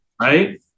Right